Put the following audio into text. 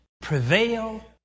prevail